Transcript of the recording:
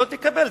לא תקבל.